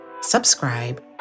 subscribe